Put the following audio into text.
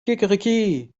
kikeriki